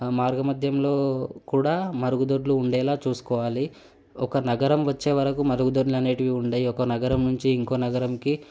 మార్గమధ్యంలో కూడా మరుగుదొడ్లు ఉండేలా చూసుకోవాలి ఒక నగరం వచ్చేవరకు మరుగుదొడ్లు అనేటివి ఉండయి ఒక నగరం నుంచి ఇంకో నగరంకి